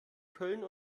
köln